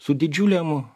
su didžiulėm